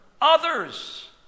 others